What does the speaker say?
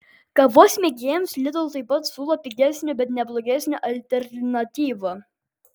kavos mėgėjams lidl taip pat siūlo pigesnę bet ne blogesnę alternatyvą